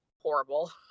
horrible